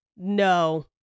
no